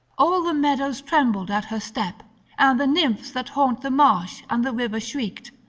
all the meadows trembled at her step and the nymphs that haunt the marsh and the river shrieked,